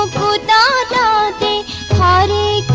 da da da da da da